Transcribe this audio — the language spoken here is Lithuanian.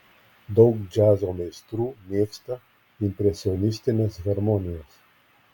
daug džiazo meistrų mėgsta impresionistines harmonijas